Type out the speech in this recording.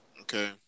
okay